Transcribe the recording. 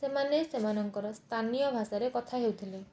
ସେମାନେ ସେମାନଙ୍କର ସ୍ଥାନୀୟ ଭାଷାରେ କଥା ହେଉଥିଲେ